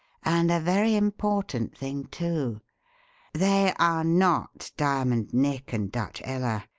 and a very important thing, too they are not diamond nick and dutch ella.